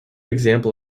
example